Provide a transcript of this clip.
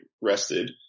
rested